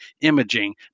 imaging